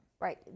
Right